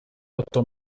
otto